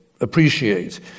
appreciate